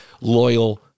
loyal